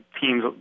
teams